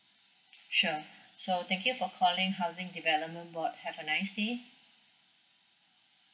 sure so thank you for calling housing development board have a nice day